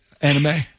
anime